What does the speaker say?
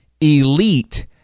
elite